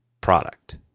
product